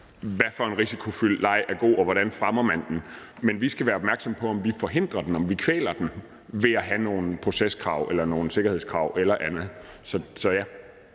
Hvad for en risikofyldt leg er god, og hvordan fremmer man den? Men vi skal være opmærksomme på, om vi forhindrer den, om vi kvæler den ved at have nogle proceskrav eller nogle sikkerhedskrav eller andet. Kl.